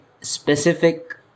specific